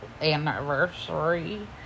anniversary